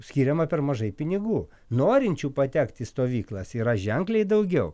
skiriama per mažai pinigų norinčių patekti į stovyklas yra ženkliai daugiau